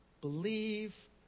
believe